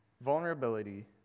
vulnerability